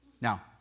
Now